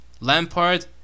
Lampard